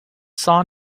saw